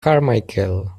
carmichael